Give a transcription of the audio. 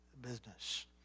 business